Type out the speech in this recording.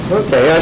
okay